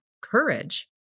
courage